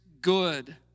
good